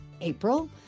April